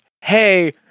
Hey